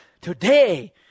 Today